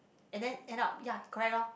and then end up like ya correct loh